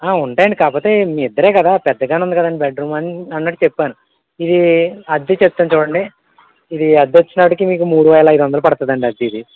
ఉంటాయండి కాకపోతే మీ ఇద్దరు కదా పెద్దగా ఉంది కదండి బెడ్రూమ్ అని అన్నట్టు చెప్పాను ఇది అద్దె చెప్తాను చూడండి ఇది అద్దె వచ్చేటప్పటికి మీకు మూడువేల ఐదు వందలు పడుతుందండి అద్దె ఇది